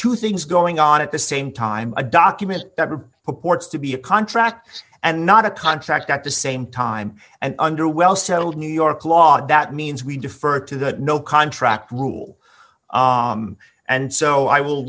two things going on at the same time a document that purports to be a contract and not a contract at the same time and under well settled new york law that means we defer to the no contract rule and so i will